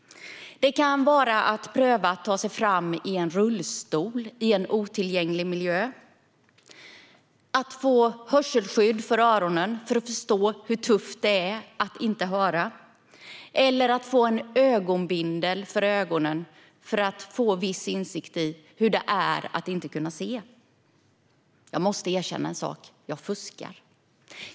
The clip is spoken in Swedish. Det kan vara att pröva att ta sig fram i en rullstol i en otillgänglig miljö. Det kan vara att få hörselskydd för öronen för att förstå hur tufft det är att inte höra. Och det kan vara att få en ögonbindel för ögonen för att få viss insikt i hur det är att inte kunna se. Jag måste erkänna en sak. Jag fuskar.